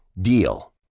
DEAL